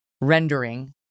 rendering